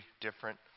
different